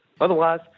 otherwise